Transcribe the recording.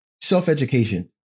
Self-education